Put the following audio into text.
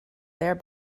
there